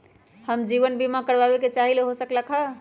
हम जीवन बीमा कारवाबे के चाहईले, हो सकलक ह?